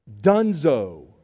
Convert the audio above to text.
Dunzo